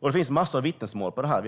Det finns massor av vittnesmål om det här.